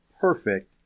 perfect